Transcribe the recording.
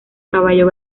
caballo